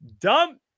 dump